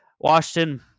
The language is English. Washington